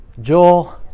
Joel